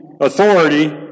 authority